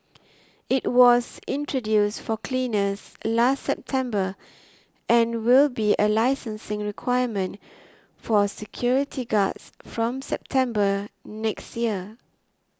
it was introduced for cleaners last September and will be a licensing requirement for security guards from September next year